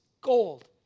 gold